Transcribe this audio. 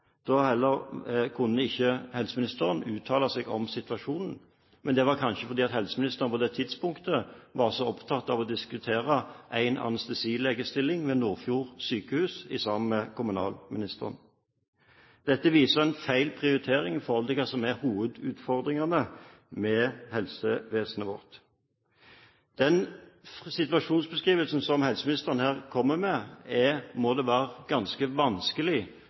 Heller ikke da kunne helseministeren uttale seg om situasjonen, men det var kanskje fordi helseministeren på det tidspunktet var så opptatt av å diskutere en anestesilegestilling ved Nordfjord sjukehus sammen med kommunalministeren. Dette viser en feil prioritering i forhold til hva som er hovedutfordringene med helsevesenet vårt. Den situasjonsbeskrivelsen som helseministeren her kommer med, må det være ganske vanskelig